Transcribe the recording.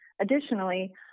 Additionally